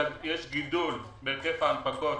יש גידול בהיקף ההנפקות